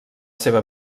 seva